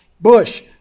bush